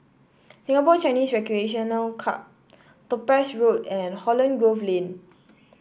Singapore Chinese Recreation Club Topaz Road and Holland Grove Lane